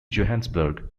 johannesburg